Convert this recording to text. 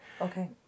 Okay